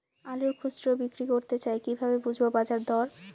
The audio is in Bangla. আলু খুচরো বিক্রি করতে চাই কিভাবে বুঝবো বাজার দর?